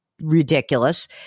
ridiculous